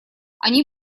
они